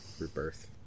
Rebirth